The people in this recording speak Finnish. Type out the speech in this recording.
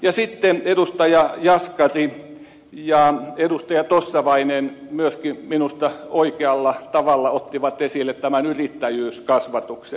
ja sitten edustaja jaskari ja edustaja tossavainen myöskin minusta oikealla tavalla ottivat esille tämän yrittäjyyskasvatuksen